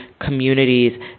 communities